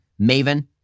maven